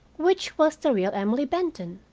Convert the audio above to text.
which was the real emily benton?